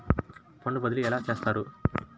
Fund బదిలీ ఎలా చేస్తారు?